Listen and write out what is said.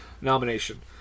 nomination